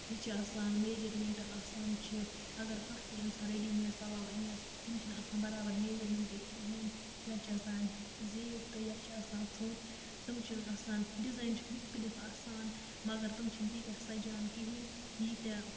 یہِ چھُ آسان میجرمینٹ آسان چھُ اَگر کانہہ تہِ اِنسان ریڈی میڈ اَنہَ تِم چھِنہٕ آسان برابر میجرمینٹٕکۍ کِہیٖنۍ یا چھِ آسان زیٖٹھ تہٕ یا چھِ آسان ژھوٚٹۍ تِم چھِ نہٕ آسان ڈِزایِن چھُکھ مُختٔلِف آسان مَگر تِم چھِنہٕ تیٖتیاہ سَجان کِہیٖنۍ ییٖتیاہ